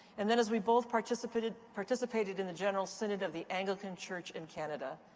and then as we both participated participated in the general synod of the anglican church in canada.